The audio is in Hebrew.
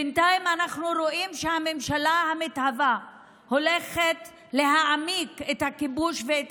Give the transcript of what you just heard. בינתיים אנחנו רואים שהממשלה המתהווה הולכת להעמיק את הכיבוש ואת